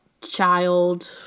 child